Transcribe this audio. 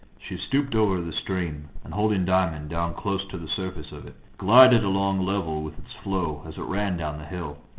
she stooped over the stream and holding diamond down close to the surface of it, glided along level with its flow as it ran down the hill.